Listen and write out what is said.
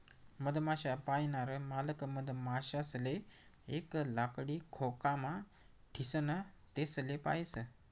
मधमाश्या पायनार मालक मधमाशासले एक लाकडी खोकामा ठीसन तेसले पायस